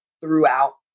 throughout